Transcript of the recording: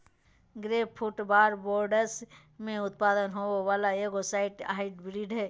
grapefruit Barbados में उत्पन्न होबो वला एगो साइट्रस हाइब्रिड हइ